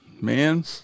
Man